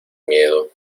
miedo